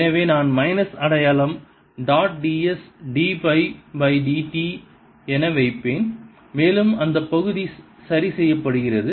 எனவே நான் மைனஸ் அடையாளம் dot d s d by d t என வைப்பேன் மேலும் அந்த பகுதி சரி செய்யப்படுகிறது